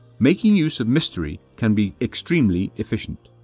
making use of mystery can be incredibly efficient.